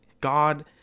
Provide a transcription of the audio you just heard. God